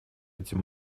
этим